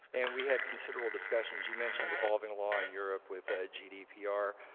and we had considerable discussions. you mentioned evolving law in europe with ah gdpr